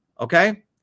Okay